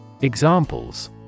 Examples